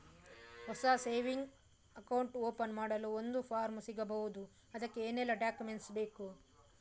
ಹೊಸ saving account open ಮಾಡಲು ಒಂದು ಫಾರ್ಮ್ ಸಿಗಬಹುದು? ಅದಕ್ಕೆ ಏನೆಲ್ಲಾ ಡಾಕ್ಯುಮೆಂಟ್ಸ್ ಬೇಕು?